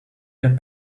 get